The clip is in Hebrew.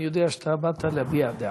אני יודע שאתה באת להביע דעה.